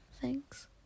Thanks